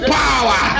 power